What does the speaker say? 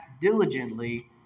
diligently